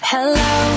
Hello